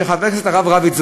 של חבר הכנסת הרב רביץ,